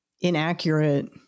inaccurate